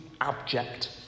abject